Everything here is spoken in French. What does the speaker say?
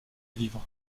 vivre